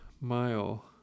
mile